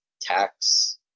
tax